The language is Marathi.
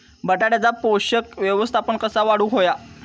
बटाट्याचा पोषक व्यवस्थापन कसा वाढवुक होया?